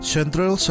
Central